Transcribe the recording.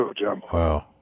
Wow